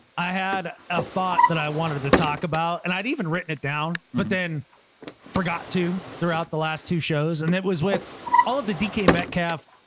i had a thought that i wanted to talk about and i'd even written it down, but then forgot to throughout the last two shows. and it was with all of the dk metcalf,